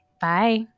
Bye